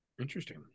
Interesting